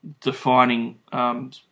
defining